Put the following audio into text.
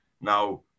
Now